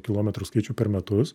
kilometrų skaičių per metus